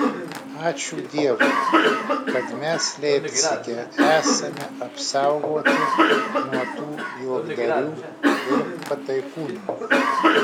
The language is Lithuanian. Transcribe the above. ačiū dievui kad mes leipcige esame apsaugoti nuo tų juokdarių ir pataikūnų